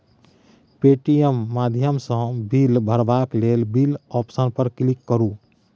Paytm माध्यमसँ bill भरबाक लेल बिल आप्शन पर क्लिक करु